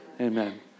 Amen